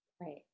Right